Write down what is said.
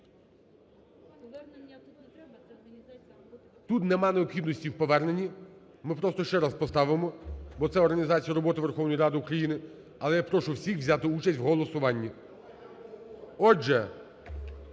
Тут немає необхідності в поверненні. Ми просто ще раз поставимо, бо це організація роботи Верховної Ради України. Але я прошу всіх взяти участь у голосуванні. Отже,